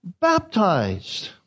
baptized